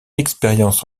expérience